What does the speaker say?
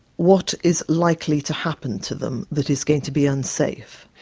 what is likely to happen to them that is going to be unsafe.